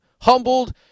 humbled